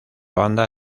banda